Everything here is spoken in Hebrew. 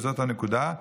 וזאת הנקודה,